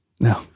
No